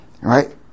Right